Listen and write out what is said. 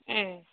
ம்